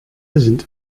isn’t